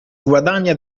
guadagna